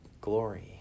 glory